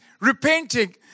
repenting